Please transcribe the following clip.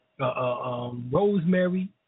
rosemary